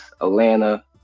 Atlanta